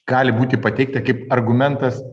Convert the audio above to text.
gali būti pateikti kaip argumentas